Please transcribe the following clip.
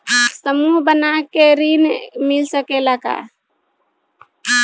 समूह बना के ऋण मिल सकेला का?